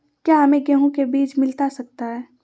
क्या हमे गेंहू के बीज मिलता सकता है?